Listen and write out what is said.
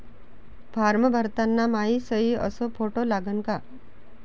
Form भरताना मायी सयी अस फोटो लागन का?